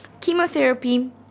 chemotherapy